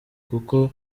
kuko